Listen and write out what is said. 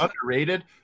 underrated